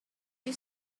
you